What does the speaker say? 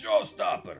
showstopper